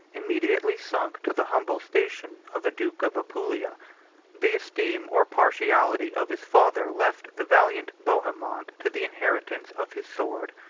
immediately sunk to the humble station of a duke of apulia the esteem or partiality of his father left the valiant bohemond to the inheritance of his sword.